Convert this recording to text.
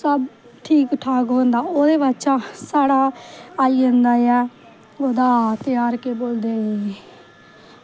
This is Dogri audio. सब ठीक ठाक होंदा ओह्दे बाद च साढ़ै आई जंदा ऐ ओह्दा ध्यार केह् बोलदे